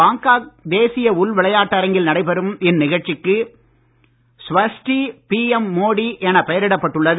Bangkok தேசிய உள் விளையாட்டரங்கில் நடைபெறும் இந்நிகழ்ச்சிக்கு சவாஸ்தீ பிஎம் மோடி எனப் பெயரிடப்பட்டு உள்ளது